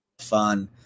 fun